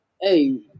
Hey